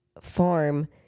farm